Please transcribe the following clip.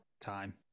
time